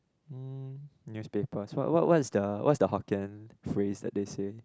mm newspapers what what what is the what is the Hokkien phrase that they say